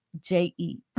J-E